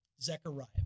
Zechariah